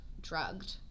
drugged